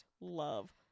love